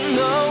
no